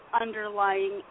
underlying